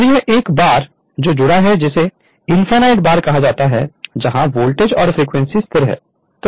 और यह एक बार से जुड़ा है जिसे इनफाइनाइट बार कहा जाता है जहां वोल्टेज और फ्रीक्वेंसी स्थिर है